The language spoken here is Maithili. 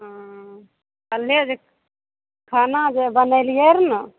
हँ कल्हे जे खाना जे बनैलियै रऽ ने